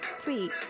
three